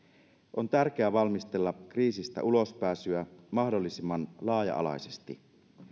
on tärkeää valmistella kriisistä ulospääsyä mahdollisimman laaja alaisesti